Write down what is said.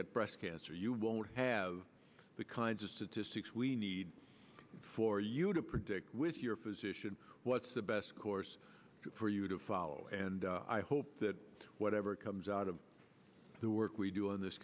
get breast cancer you won't have the kinds of statistics we need for you to predict with your physician what's the best course for you to follow and i hope that whatever comes out of the work we do on this